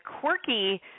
quirky